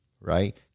right